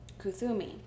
Kuthumi